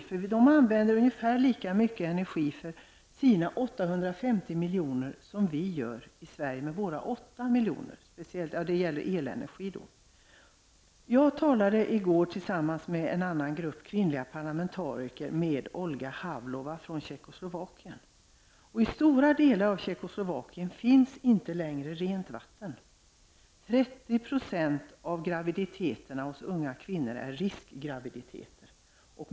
Man använder ungefär lika mycket elenergi för sina 850 miljoner innevånare som vi gör i Sverige med våra Jag talade i går, tillsammans med en grupp kvinnliga parlamentariker, med Olga Havlova från Tjeckoslovakien. I stora delar av Tjeckoslovakien finns inte längre rent vatten. 30 % av graviditeterna hos unga kvinnor är riskgraviditeter.